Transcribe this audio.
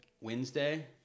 Wednesday